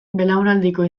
belaunaldiko